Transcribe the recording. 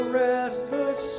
restless